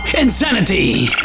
Insanity